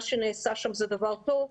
מה שנעשה שם זה דבר טוב.